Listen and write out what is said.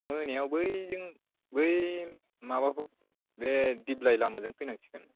मोनायाव बैजों बै माबाखौ बे दिप्लाइ लामाजों फैनांसिगोन